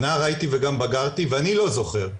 נער הייתי וגם בגרתי ואני לא זוכר,